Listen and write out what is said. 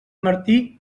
martí